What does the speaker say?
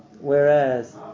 Whereas